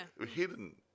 Hidden